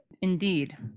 Indeed